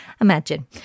imagine